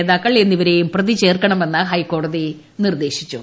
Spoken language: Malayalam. നേതിാക്കൾ എന്നിവരെയും പ്രതിചേർക്കണമെന്ന് ഹൈക്കോടതി നിർദ്ദേശിച്ചു